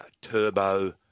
Turbo